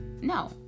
no